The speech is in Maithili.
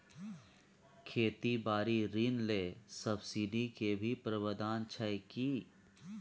खेती बारी ऋण ले सब्सिडी के भी प्रावधान छै कि?